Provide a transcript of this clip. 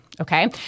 okay